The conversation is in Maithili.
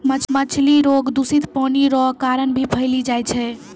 मछली रोग दूषित पानी रो कारण भी फैली जाय छै